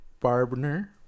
Barbner